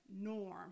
norm